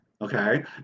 okay